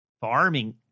farming